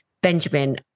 Benjamin